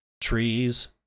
Trees